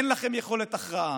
אין לכם יכולת הכרעה.